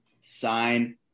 sign